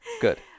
Good